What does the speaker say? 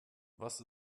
was